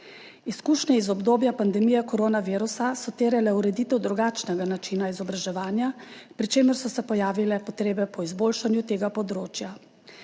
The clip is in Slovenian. Izkušnje iz obdobja pandemije koronavirusa so terjale ureditev drugačnega načina izobraževanja, pri čemer so se pojavile potrebe po izboljšanju tega področja.